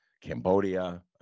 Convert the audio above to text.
Cambodia